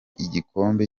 igikombe